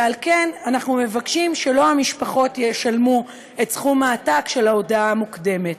ועל כן אנחנו מבקשים שלא המשפחות ישלמו את סכום העתק של ההודעה המוקדמת.